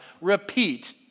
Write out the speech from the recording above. repeat